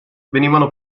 venivano